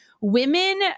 women